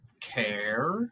care